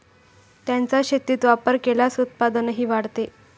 त्यांचा शेतीत वापर केल्यास उत्पादनही वाढते